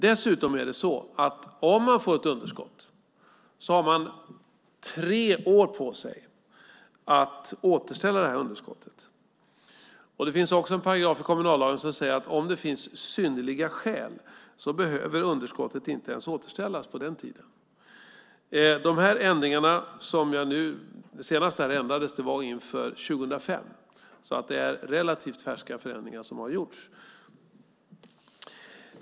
Dessutom är det så att om man får ett underskott har man tre år på sig att återställa det. Det finns också en paragraf i kommunallagen som säger att om det finns synnerliga skäl behöver underskottet inte ens återställas på den tiden. Senast det här ändrades var inför 2005, så det är relativt färska förändringar som har gjorts.